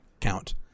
count